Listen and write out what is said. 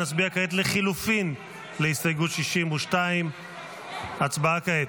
נצביע כעת על לחלופין להסתייגות 62. הצבעה כעת.